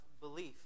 belief